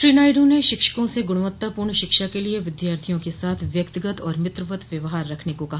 श्री नायडू ने शिक्षकों से गुणवत्तापूर्ण शिक्षा के लिए विद्यार्थियों के साथ व्यक्तिगत और मित्रवत व्यवहार रखने को कहा